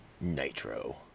Nitro